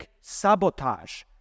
sabotage